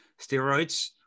steroids